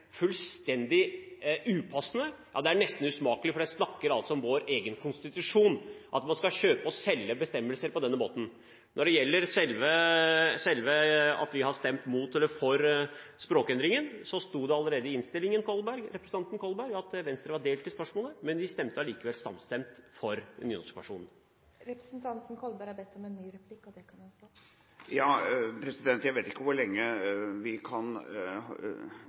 fullstendig upassende. Ja, det er nesten usmakelig – for en snakker altså om vår egen konstitusjon – at man skal kjøpe og selge bestemmelser på denne måten. Når det gjelder selve det at vi har stemt imot eller for språkendringen, sto det allerede i innstillingen at Venstre var delt i spørsmålet, men vi stemte allikevel enstemmig for den nynorske versjonen. Ja, jeg vet ikke hvor lenge vi kan